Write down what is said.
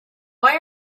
why